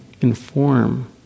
inform